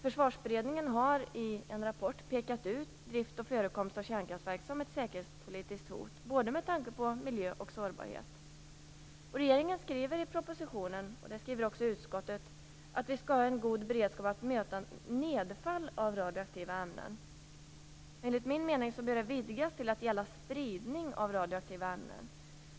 Försvarsberedningen har i en rapport pekat ut drift och förekomst av kärnkraftverk som ett säkerhetspolitiskt hot, både med tanke på miljö och med tanke på sårbarhet. Regeringen skriver i propositionen, liksom också utskottet gör, att vi skall ha en god beredskap för att möta nedfall av radioaktiva ämnen. Enligt min mening bör detta vidgas till att gälla spridning av radioaktiva ämnen.